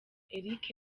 eric